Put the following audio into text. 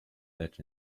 that